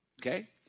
Okay